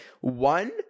one